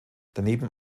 daneben